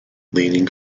leaning